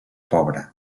pobre